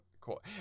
cool